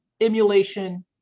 emulation